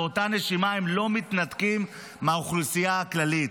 ובאותה נשימה הם לא מתנתקים מהאוכלוסייה הכללית.